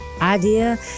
idea